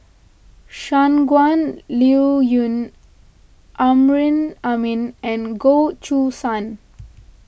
Shangguan Liuyun Amrin Amin and Goh Choo San